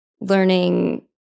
learning